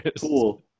Cool